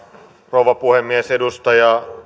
rouva puhemies edustaja